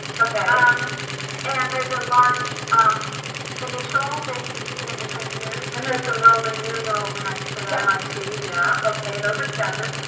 um and there's a large um initial. there seems to be an initial here. and there's some roman numerals next to them i see. yeah okay, those are chapters.